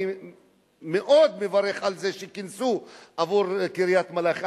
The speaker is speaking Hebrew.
ואני מאוד מברך על זה שכינסו עבור קריית-מלאכי,